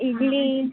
idli